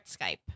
skype